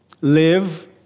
live